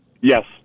Yes